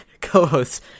co-hosts